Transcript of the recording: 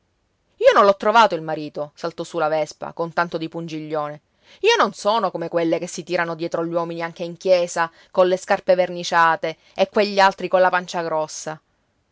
io non l'ho trovato il marito saltò su la vespa con tanto di pungiglione io non sono come quelle che si tirano dietro gli uomini anche in chiesa colle scarpe verniciate e quelli altri colla pancia grossa